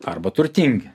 arba turtingi